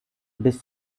bis